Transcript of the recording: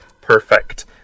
perfect